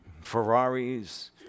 Ferraris